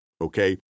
okay